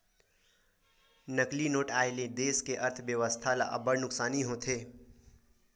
नकली नोट आए ले देस के अर्थबेवस्था ल अब्बड़ नुकसानी होथे